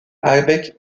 avec